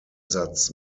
satz